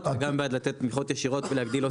וגם בעד לתת תמיכות ישירות ולהגדיל הוצאות.